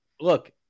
look